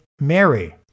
Mary